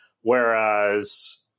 Whereas